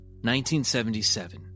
1977